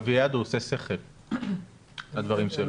אביעד, הוא אומר דברי טעם.